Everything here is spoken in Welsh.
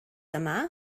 yma